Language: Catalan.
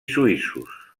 suïssos